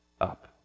up